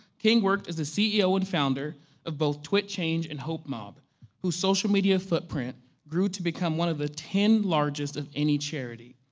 king worked as a ceo and founder of both twitchange and hopemob whose social media footprint grew to become one of the ten largest of any charity.